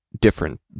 different